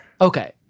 Okay